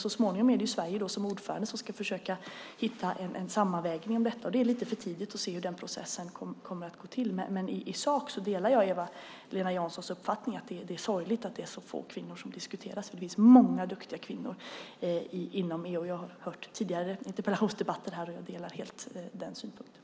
Så småningom är det Sverige som ordförande som ska försöka hitta en sammanvägning av detta, och det är lite för tidigt att se hur den processen kommer att gå till. Men i sak delar jag Eva-Lena Janssons uppfattning att det är sorgligt att det är så få kvinnor som diskuteras. Det finns många duktiga kvinnor inom EU. Jag har hört tidigare interpellationsdebatter här, och jag delar helt den synpunkten.